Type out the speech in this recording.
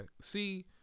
See